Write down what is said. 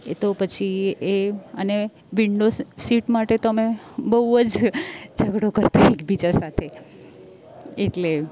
એ તો પછી એ અને વિન્ડો સીટ માટે તો અમે બહું જ ઝગડો કરતાં એકબીજા સાથે એટલે